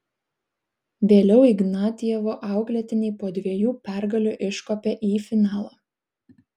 vėliau ignatjevo auklėtiniai po dviejų pergalių iškopė į finalą